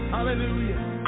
Hallelujah